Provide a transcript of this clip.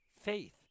faith